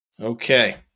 Okay